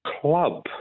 club